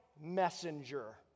messenger